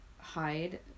hide